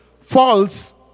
False